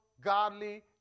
godly